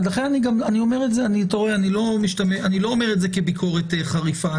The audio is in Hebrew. אני לא אומר את זה כביקורת חריפה.